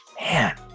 Man